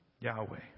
Yahweh